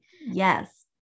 Yes